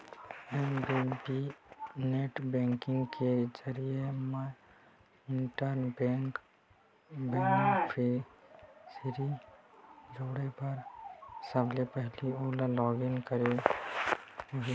SBI net banking के जरिए म इंटर बेंक बेनिफिसियरी जोड़े बर सबले पहिली ओला लॉगिन करना होही